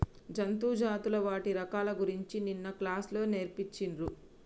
జంతు జాతులు వాటి రకాల గురించి నిన్న క్లాస్ లో నేర్పిచిన్రు